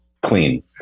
Clean